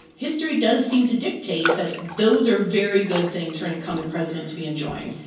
history does seem to dictate that those are very good things for an incumbent president to be enjoying